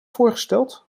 voorgesteld